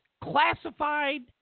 classified